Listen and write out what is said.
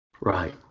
right